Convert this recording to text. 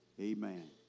Amen